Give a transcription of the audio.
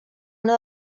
una